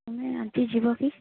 ତୁମେ ଆଜି ଯିବ କି